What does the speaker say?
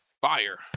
Fire